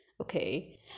okay